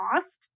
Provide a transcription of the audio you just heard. cost